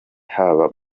haba